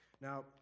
Now